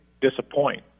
disappoint